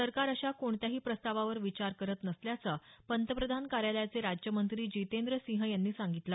सरकार अशा कोणत्याही प्रस्तावावर विचार करत नसल्याचं पंतप्रधान कार्यालयाचे राज्यमंत्री जितेंद्र सिंह यांनी सांगितलं